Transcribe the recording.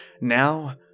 Now